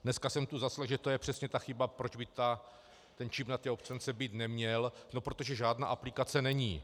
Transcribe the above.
Dneska jsem tu zaslechl, že to je přesně ta chyba, proč by ten čip na té občance být neměl, protože žádná aplikace není.